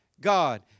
God